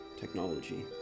technology